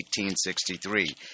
1863